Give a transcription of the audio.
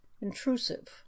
intrusive